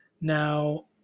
Now